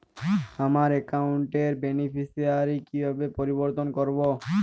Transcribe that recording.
আমার অ্যাকাউন্ট র বেনিফিসিয়ারি কিভাবে পরিবর্তন করবো?